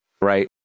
right